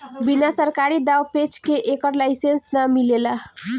बिना सरकारी दाँव पेंच के एकर लाइसेंस ना मिलेला